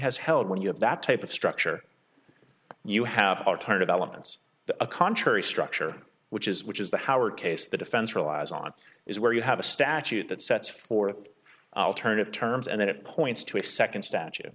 has held when you have that type of structure you have are tired of elements a contrary structure which is which is the howard case the defense relies on is where you have a statute that sets forth turn of terms and it points to a second statue